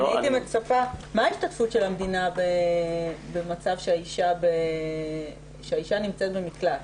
מה השתתפות המדינה במצב שהאישה במקלט?